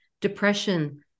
depression